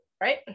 right